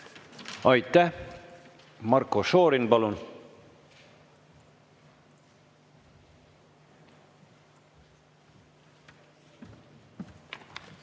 Aitäh! Marko Šorin, palun!